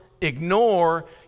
Ignore